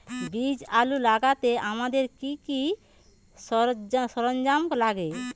বীজ আলু লাগাতে আমাদের কি কি সরঞ্জাম লাগে?